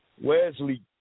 Wesley